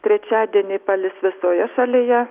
trečiadienį palis visoje šalyje